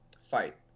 fight